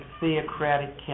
theocratic